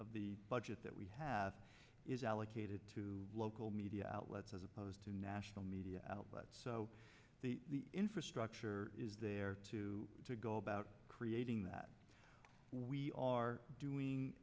of the budget that we have is allocated to local media outlets as opposed to national media but the infrastructure is there to go about creating that we are doing